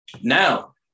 Now